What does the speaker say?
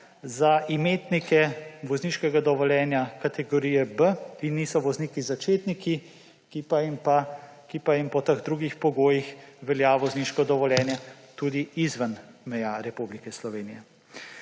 za imetnike vozniškega dovoljenja kategorije B, ki niso vozniki začetniki, ki pa jim po teh drugih pogojih velja vozniško dovoljenje tudi izven meja Republike Slovenije.